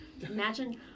Imagine